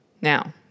Now